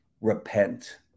repent